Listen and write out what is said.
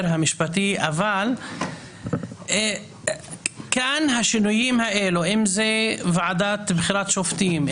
המשפטי אבל כאן השינויים האלה אם זה ועדה לבחירת שופטים,